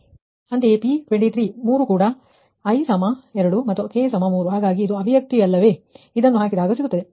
ಅಂತೆಯೇ P23 ಮೂರು ಕೂಡ i2 ಮತ್ತು k3 ಹಾಗಾಗಿ ಇದು ಅಭಿವ್ಯಕ್ತಿಯಲ್ಲವೇ ಇದನ್ನು ಹಾಕಿದಾಗ ಸಿಗುತ್ತದೆ